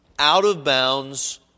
out-of-bounds